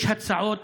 יש הצעות